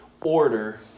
order